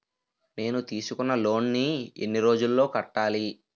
నేను తీసుకున్న లోన్ నీ ఎన్ని రోజుల్లో కట్టాలి?